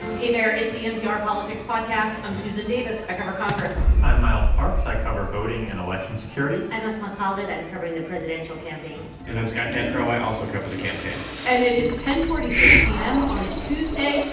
hey, there. it's the npr politics podcast. i'm susan davis. i cover congress i'm miles parks. i cover voting and election security i'm asma khalid. i'm covering the presidential campaign and i'm scott detrow. i also cover the campaign and it is ten forty six p m. on tuesday,